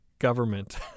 government